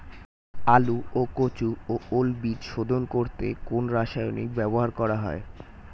আলু ও কচু ও ওল বীজ শোধন করতে কোন রাসায়নিক ব্যবহার করা হয়?